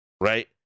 right